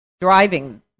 driving